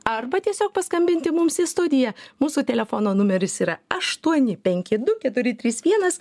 arba tiesiog paskambinti mums į studiją mūsų telefono numeris yra aštuoni penki du keturi trys vienas